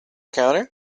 counter